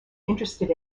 interested